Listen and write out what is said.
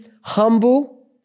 humble